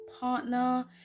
partner